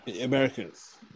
Americans